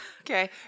Okay